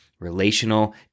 relational